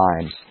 times